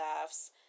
laughs